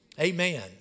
Amen